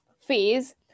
phase